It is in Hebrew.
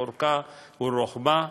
לאורכה ולרוחבה,